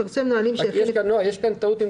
יש כאן טעות,